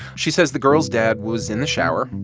she says the girls' dad was in the shower,